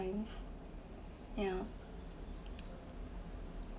yeah